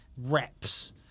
reps